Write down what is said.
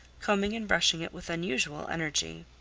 combing and brushing it with unusual energy.